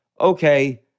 okay